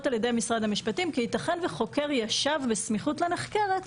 על-ידי משרד המשפטים כי ייתכן וחוקר ישב בסמיכות לנחקרת,